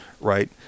right